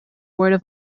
word